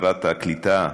שרת הקליטה,